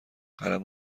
قلم